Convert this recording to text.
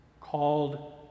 Called